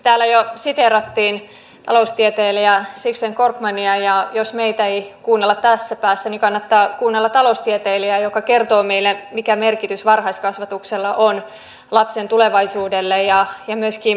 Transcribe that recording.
täällä jo siteerattiin taloustieteilijä sixten korkmania ja jos meitä ei kuunnella tässä päässä niin kannattaa kuunnella taloustieteilijää joka kertoo meille mikä merkitys varhaiskasvatuksella on lapsen tulevaisuudelle ja myöskin aikuisuudelle